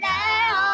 now